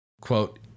Quote